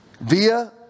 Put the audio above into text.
Via